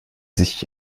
sich